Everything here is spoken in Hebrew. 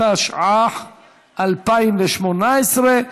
התשע"ח 2018,